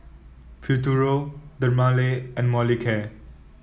Futuro Dermale and Molicare